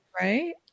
Right